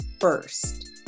first